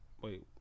Wait